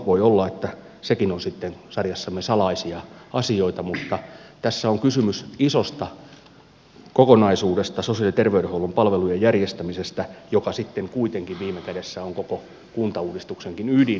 voi olla että sekin on sitten sarjassamme salaisia asioita mutta tässä on kysymys isosta kokonaisuudesta sosiaali ja terveydenhuollon palvelujen järjestämisestä joka sitten kuitenkin viime kädessä on koko kuntauudistuksenkin ydin